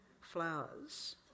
flowers